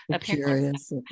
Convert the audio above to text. Curious